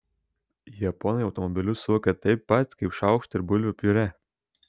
japonai automobilius suvokia taip pat kaip šaukštą ir bulvių piurė